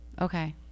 Okay